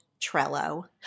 Trello